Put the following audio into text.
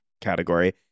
category